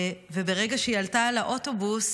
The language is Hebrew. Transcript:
וברגע שהיא עלתה על האוטובוס